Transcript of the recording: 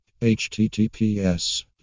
HTTPS